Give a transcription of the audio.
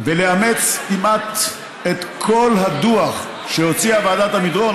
ולאמץ כמעט את כל הדוח שהוציאה ועדת עמידרור,